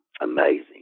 amazing